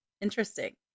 Interesting